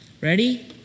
Ready